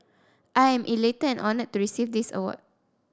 I am elated and honoured to receive this award